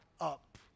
up